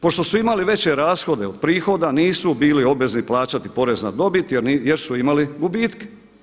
Pošto su imali veće rashode od prihoda nisu bili obvezni plaćati porez na dobit jer su imali gubitke.